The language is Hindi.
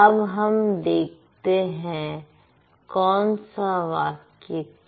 अब हम देखते हैं कौन सा वाक्य क्या है